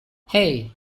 hey